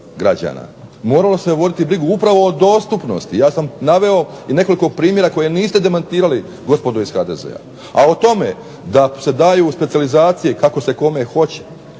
građana. Moralo se voditi brigu upravo o dostupnosti. Ja sam naveo i nekoliko primjera koje niste demantirali gospodo iz HDZ-a. A o tome da se daju u specijalizacije kako se kome hoće,